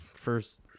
first